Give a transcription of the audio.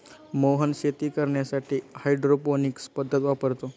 मोहन शेती करण्यासाठी हायड्रोपोनिक्स पद्धत वापरतो